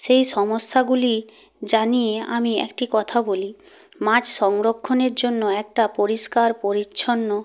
সেই সমস্যাগুলি জানিয়ে আমি একটি কথা বলি মাছ সংরক্ষণের জন্য একটা পরিষ্কার পরিচ্ছন্ন